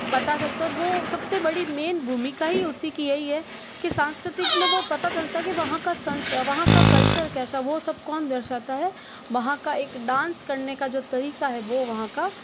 बता सकते हो सबसे बड़ी मेन भूमिका ही उसी कि यही है ये कि सांस्कृतिक में वो पता चलता कि वहाँ का संस वहाँ का कल्चर कैसा हो सब कौन दर्शाता है वहाँ का एक डांस करने का जो तरीका है वह वहाँ का